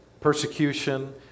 Persecution